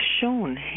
shown